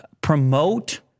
promote